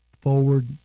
forward